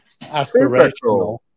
aspirational